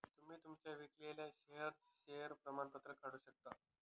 तुम्ही तुमच्या विकलेल्या शेअर्सचे शेअर प्रमाणपत्र काढू शकता